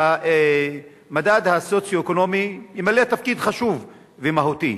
והמדד הסוציו-אקונומי ימלא תפקיד חשוב ומהותי.